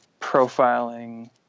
profiling